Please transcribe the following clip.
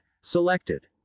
selected